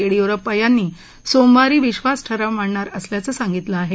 येडियुरप्पा यांनी सोमवारी विद्वास ठराव मांडणार असल्याचं सांगितलं आहे